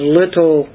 little